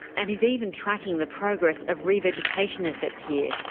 and he's even tracking the progress of revegetation efforts here,